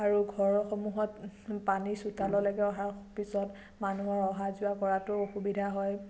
আৰু ঘৰৰ সন্মুখত পানী চোতাললৈকে অহাৰ পিছত মানুহ অহা যোৱা কৰাতো অসুবিধা হয়